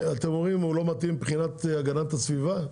אתם אומרים שהוא לא מתאים מבחינת הגנת הסביבה?